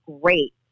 great